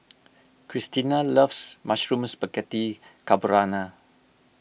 Cristina loves Mushroom Spaghetti Carbonara